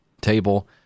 table